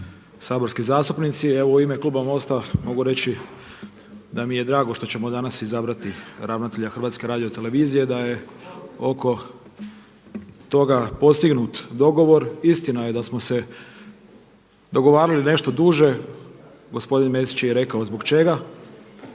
Hrvatska radio televizija